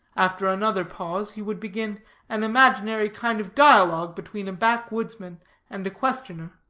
after another pause, he would begin an imaginary kind of dialogue between a backwoodsman and a questioner